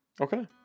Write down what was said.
Okay